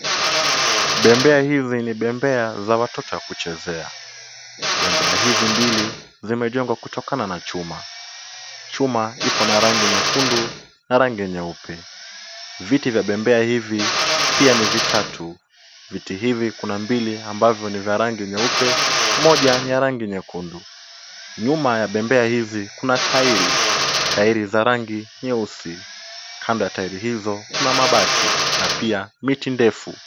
Bembea hizi ni bembea za watoto ya kuchezea. Bembea hizi mbili zimejengwa kutokana na chuma . Chuma ipo na rangi nyekundu na rangi nyeupe. Viti vya bembea hivi pia ni vitatu. Viti hivi kuna mbili ambavyo ni vya rangi nyeupe, moja ni vya rangi nyekundu. Nyuma ya bembea hizi kuna tairi. Tairi za rangi nyeusi. Kando ya tairi hizo kuna mabati na pia miti ndefu.